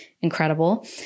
incredible